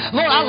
Lord